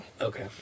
Okay